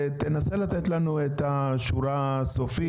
תנסה לתת לנו את השורה הסופית,